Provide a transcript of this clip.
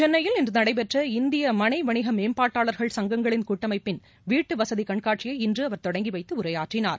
சென்னையில் இன்ற நடைபெற்ற இந்திய மனை வணிக மேம்பாட்டாளர்கள் சங்கங்களின் கூட்டமைப்பின் வீட்டுவசதி கண்காட்சியை இன்று அவர் தொடங்கி வைத்து உரையாற்றினார்